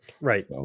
Right